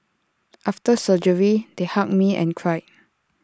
after surgery they hugged me and cried